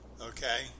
Okay